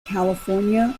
california